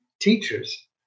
teachers